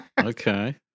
Okay